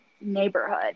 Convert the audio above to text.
neighborhood